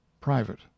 PRIVATE